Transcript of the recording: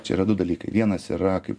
čia yra du dalykai vienas yra kaip